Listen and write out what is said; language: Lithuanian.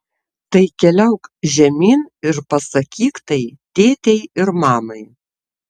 tai keliauk žemyn ir pasakyk tai tėtei ir mamai